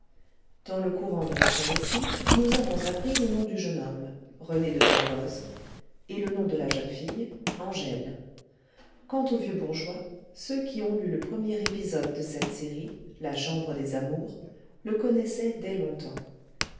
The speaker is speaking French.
dans le courant de notre récit nous avons appris le nom du jeune homme rené de kervoz et le nom de la jeune fille angèle quant au vieux bourgeois ceux qui ont lu le premier épisode de cette série la chambre des amours le connaissaient dès longtemps